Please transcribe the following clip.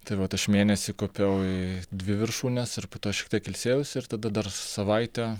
tai vat aš mėnesį kopiau į dvi viršūnes ir po to šiek tiek ilsėjausi ir tada dar savaitę